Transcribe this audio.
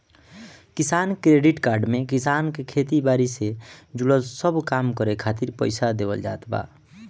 किसान credit card में किसान के खेती बारी से जुड़ल सब काम करे खातिर पईसा देवल जात बा